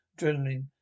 adrenaline